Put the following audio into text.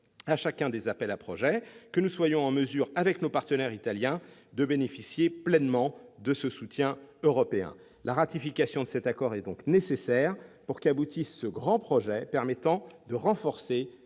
à chacun des appels à projets et que nous soyons en mesure, avec nos partenaires italiens, de bénéficier pleinement des soutiens européens. La ratification de cet accord est donc nécessaire pour qu'aboutisse ce grand projet de nature à renforcer